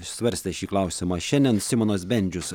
svarstė šį klausimą šiandien simonas bendžius